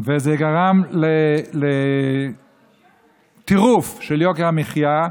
וזה גרם לטירוף של יוקר המחיה,